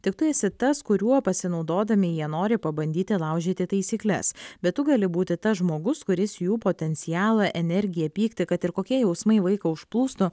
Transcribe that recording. tik tu esi tas kuriuo pasinaudodami jie nori pabandyti laužyti taisykles bet tu gali būti tas žmogus kuris jų potencialą energiją pyktį kad ir kokie jausmai vaiką užplūstų